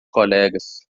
colegas